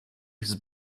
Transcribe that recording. his